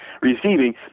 receiving